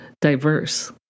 diverse